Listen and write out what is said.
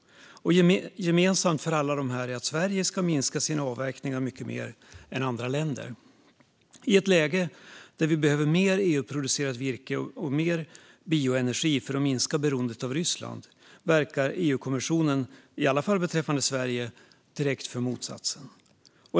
Gemensamt för alla dessa är att Sverige ska minska sina avverkningar mycket mer än andra länder. I ett läge där vi behöver mer EU-producerat virke och mer bioenergi för att minska beroendet av Ryssland verkar EU-kommissionen, i alla fall beträffande Sverige, direkt för motsatsen.